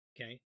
okay